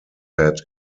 had